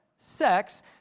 Sex